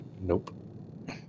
Nope